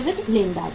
विविध लेनदार